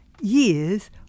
years